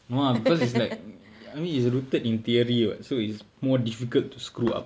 no uh because it's like I mean it's rooted in theory [what] so it's more difficult to screw up